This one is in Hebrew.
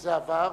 כשזה עבר,